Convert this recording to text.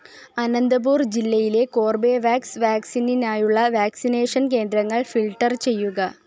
അനന്തപുർ ജില്ലയിലെ കോർബേവാക്സ് വാക്സിനിനായുള്ള വാക്സിനേഷൻ കേന്ദ്രങ്ങൾ ഫിൽട്ടർ ചെയ്യുക